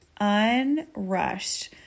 unrushed